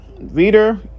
Reader